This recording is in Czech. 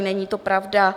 Není to pravda.